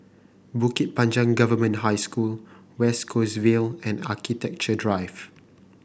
Bukit Panjang Government High School West Coast Vale and Architecture Drive